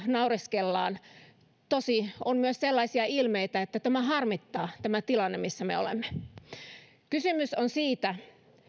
naureskellaan tosin on myös sellaisia ilmeitä että harmittaa tämä tilanne missä me olemme kysymys on siitä